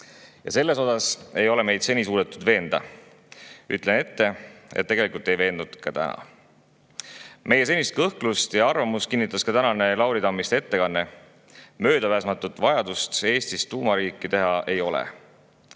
Selles ei ole meid seni suudetud veenda. Ütlen ette, et tegelikult ei veendud ka täna. Meie senist kõhklust ja arvamust kinnitas ka Lauri Tammiste tänane ettekanne: möödapääsmatut vajadust Eestist tuumariiki teha ei ole.